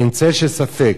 אין צל של ספק